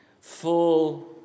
full